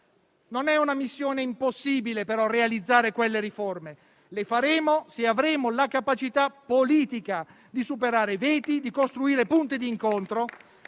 Non è però una missione impossibile realizzare quelle riforme; le faremo se avremo la capacità politica di superare veti e di costruire punti d'incontro